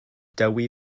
dewi